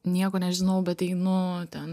nieko nežinau bet einu ten